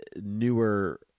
newer